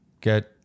Get